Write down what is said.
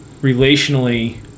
relationally